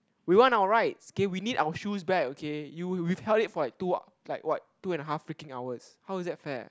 we want our rights okay we need our shoes back okay you withheld it for like two like what two and half freaking hours how is that fair